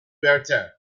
better